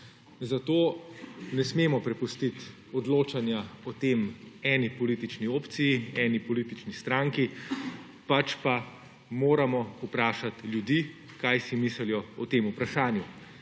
Zato ne smemo prepustiti odločanja o tem eni politični opciji, eni politični stranki, pač pa moramo vprašati ljudi, kaj si mislijo o tem vprašanju.